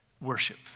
Worship